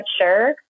sure